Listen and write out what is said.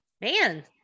Man